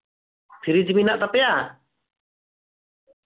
fridge ᱢᱮᱱᱟᱜ ᱛᱟᱯᱮᱭᱟ